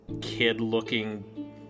kid-looking